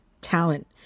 talent